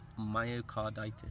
myocarditis